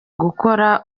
gukora